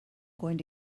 going